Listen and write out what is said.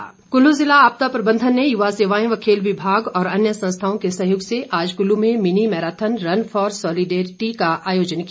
marathon Kullu जिला आपदा प्रबंधन ने युवा सेवाएं व खेल विभाग और अन्य संस्थाओं के सहयोग से आज कुल्लू में mini marathon run for solidarity का आयोजन किया